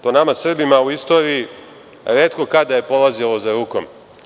To nama Srbima u istoriji retko kad da je polazilo za rukom.